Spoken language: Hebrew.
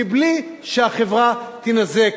בלי שהחברה תינזק,